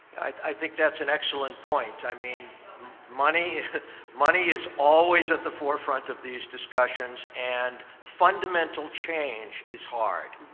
i think that's an excellent point. i mean money money is always at the forefront of these discussions. and fundamental change is hard.